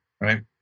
right